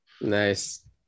Nice